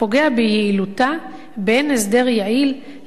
באין הסדר יעיל לטיפול בהפרות המעצר.